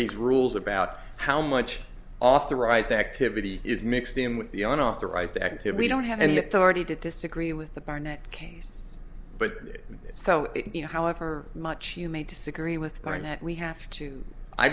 these rules about how much authorized activity is mixed in with the unauthorized activity don't have any authority to disagree with the barnett case but so you know however much you may disagree with barnett we have to i